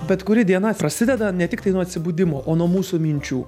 bet kuri diena prasideda ne tiktai nuo atsibudimo o nuo mūsų minčių